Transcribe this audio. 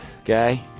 okay